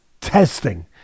testing